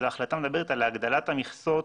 ההחלטה מדברת על הגדלת המכסות